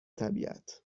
طبیعت